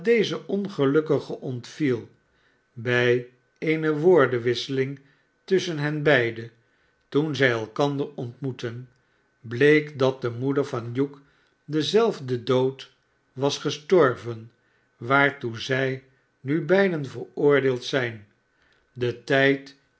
dezen ongelukkige ontviel bij eene woordenwisseling tusschen hen beiden toen zij elkanler ontmoetten bleek dat de moeder van hugh denzelfden dood was gestorven waartoe zij mi beiden veroordeeld zijn de tijd